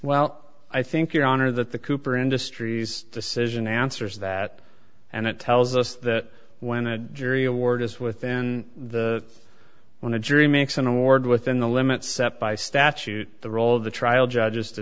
well i think your honor that the cooper industries decision answers that and it tells us that when a jury award is within the when the jury makes an award within the limits set by statute the role of the trial judge is to